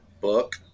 book